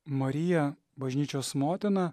marija bažnyčios motina